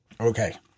Okay